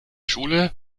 schule